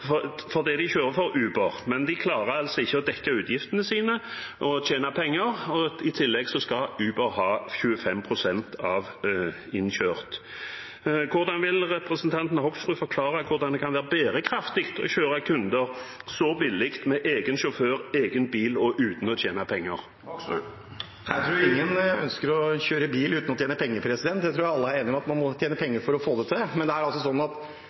Uber. Men de klarer ikke å dekke utgiftene sine og tjene penger, og i tillegg skal Uber ha 25 pst. av det som er innkjørt. Hvordan vil representanten Hoksrud forklare at det kan være bærekraftig å kjøre kunder så billig med egen sjåfør, egen bil og uten å tjene penger? Jeg tror ingen ønsker å kjøre bil uten å tjene penger. Jeg tror alle er enige om at man må tjene penger for å klare seg. Men det er altså sånn, og representanten Sverre Myrli var veldig tydelig på det, og det vet også representanten Langholm Hansen, at